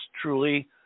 truly